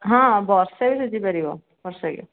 ହଁ ବର୍ଷରେ ସୁଝିପାରିବ ବର୍ଷେରେ